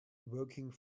working